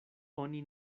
oni